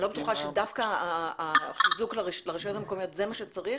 אני לא בטוחה שדווקא החיזוק הרשויות המקומיות זה מה שצריך.